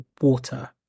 water